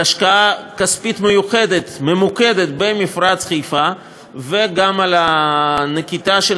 על השקעה כספית מיוחדת ממוקדת במפרץ חיפה וגם על נקיטה של